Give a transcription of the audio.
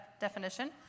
definition